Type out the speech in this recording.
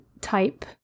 type